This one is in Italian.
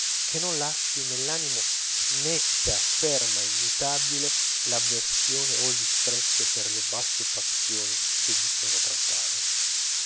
che non lasci nell'animo netta ferma immutabile l'avversione o il disprezzo per le basse passioni che vi sono trattate